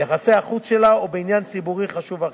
ביחסי החוץ שלה או בעניין ציבורי חשוב אחר,